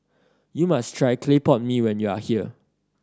you must try clay pot mee when you are here